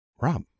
Rob